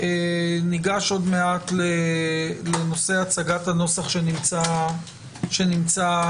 ניגש עוד מעט לנושא הצגת הנוסח שנמצא לפנינו.